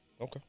Okay